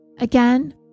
Again